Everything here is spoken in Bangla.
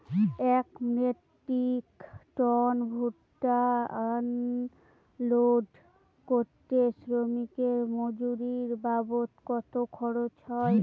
এক মেট্রিক টন ভুট্টা আনলোড করতে শ্রমিকের মজুরি বাবদ কত খরচ হয়?